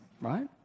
right